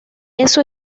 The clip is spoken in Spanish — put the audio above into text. eso